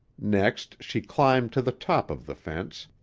next she climbed to the top of the fence,